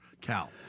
Cal